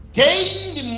gained